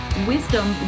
wisdom